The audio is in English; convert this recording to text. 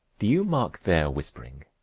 do you mark their whispering?